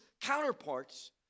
counterparts